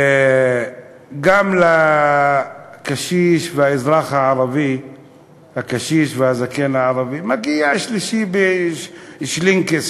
גם לקשיש ולאזרח הערבי הקשיש והזקן הערבי מגיע שלישי בשלינקס.